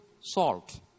salt